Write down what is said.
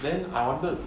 then I wanted